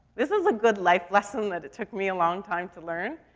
this is a good life lesson that it took me a long time to learn.